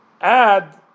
add